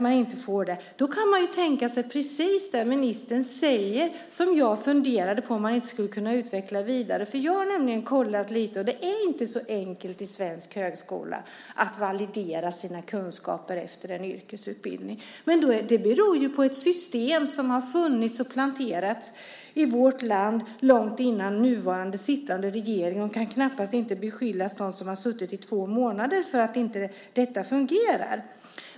Man kan tänka sig precis det ministern säger, som jag funderade på om man inte skulle kunna utveckla vidare. Jag har nämligen kollat lite, och det är inte så enkelt i svensk högskola att validera sina kunskaper efter en yrkesutbildning. Det beror på ett system som har planterats och funnits i vårt land långt innan nuvarande regering kom till makten. De som har suttit i två månader kan knappast beskyllas för att detta inte fungerar.